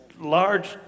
large